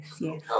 yes